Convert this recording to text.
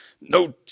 no